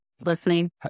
Listening